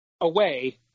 away